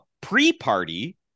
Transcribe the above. pre-party